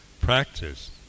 practice